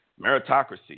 meritocracy